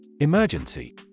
emergency